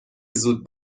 زود